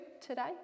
today